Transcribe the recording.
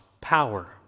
power